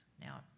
now